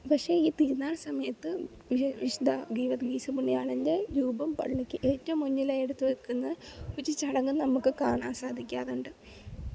പക്ഷേ ഈ തിരുനാൾ സമയത്ത് ഈ വിശുദ്ധ ഗീവർഗീസ് പുണ്യാളൻ്റെ രൂപം പള്ളിക്ക് ഏറ്റവും മുന്നിലായി എടുത്ത് വെക്കുന്ന ഒരു ചടങ്ങ് നമുക്ക് കാണാൻ സാധിക്കാറുണ്ട്